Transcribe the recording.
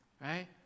right